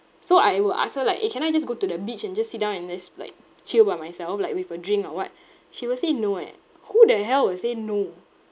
so I will ask her like eh can I just go to the beach and just sit down and just like chill by myself like with a drink or what she will say no eh who the hell will say no